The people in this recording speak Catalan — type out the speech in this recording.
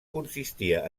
consistia